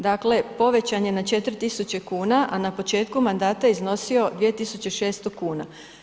Dakle povećan je na 4000 kuna, a na početku mandata je iznosio 2600 kn.